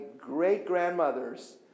great-grandmother's